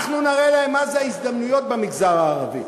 אנחנו נראה להם מה הן ההזדמנויות במגזר הערבי,